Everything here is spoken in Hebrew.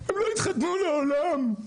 הם לא יתחתנו לעולם.